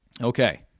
Okay